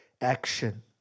Action